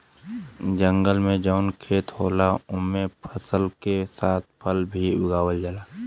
जंगल में जौन खेत होला ओमन फसल के साथ फल भी उगावल जाला